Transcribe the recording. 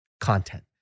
content